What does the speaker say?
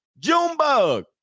Junebug